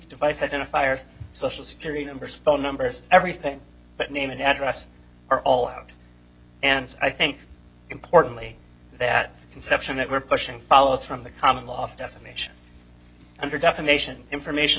device identifiers social security numbers phone numbers everything but name and address are all out and i think importantly that conception that we're pushing follows from the common law for defamation under defamation information